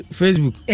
facebook